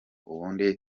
ubundi